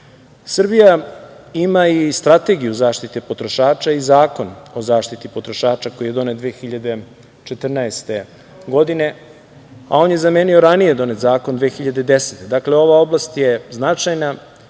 Srbija ima i Strategiju zaštite potrošača i Zakon o zaštiti potrošača koji je donet 2014. godine, a on je zamenio ranije donet zakon 2010. godine. Dakle, ova oblast je značajna